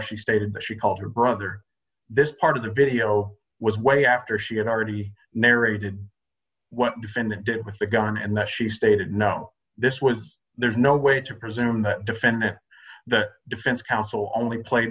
she stated that she called her brother this part of the video was way after she had already narrated what defendant did with the gun and that she stated no this was there's no way to presume that defendant the defense counsel only play